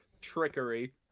Trickery